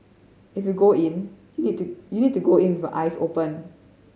if you go in you need to you need to go in with eyes open